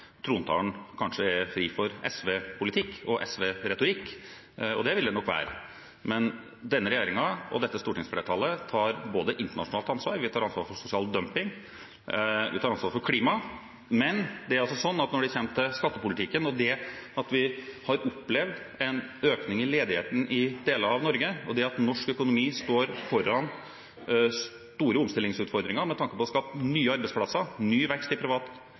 trontalen er fri for SV-politikk og SV-retorikk, og slik vil det nok være. Denne regjeringen og dette stortingsflertallet tar internasjonalt ansvar, vi tar ansvar for sosial dumping, vi tar ansvar for klima, men når det gjelder skattepolitikken, og det at vi har opplevd en økning i ledigheten i deler av Norge, og det at norsk økonomi står foran store omstillingsutfordringer med tanke på å skape nye arbeidsplasser, ny vekst i privat